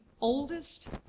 oldest